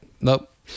Nope